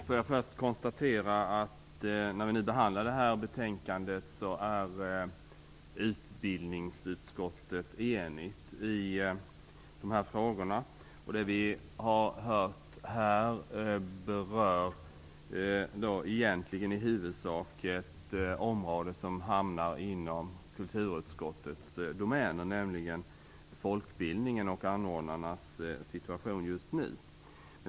Herr talman! När vi nu behandlar det här betänkandet vill jag först konstatera att utbildningsutskottet är enigt i dessa frågor. Det vi nu har hört berör egentligen i huvudsak ett område som hamnar inom kulturutskottets domäner, nämligen folkbildningen och anordnarnas situation just nu.